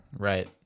Right